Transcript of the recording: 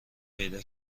پیدا